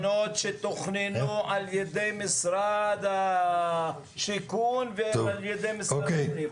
תוכננו משרד השיכון ועל ידי משרד הפנים.